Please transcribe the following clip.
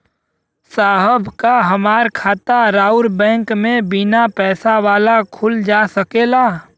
साहब का हमार खाता राऊर बैंक में बीना पैसा वाला खुल जा सकेला?